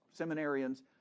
seminarians